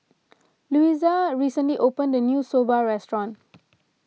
Luisa recently opened a new Soba restaurant